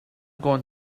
going